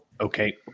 okay